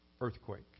earthquake